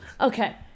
Okay